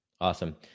Awesome